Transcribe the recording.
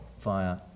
via